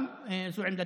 על פי פקודת ההמרה,